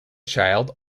child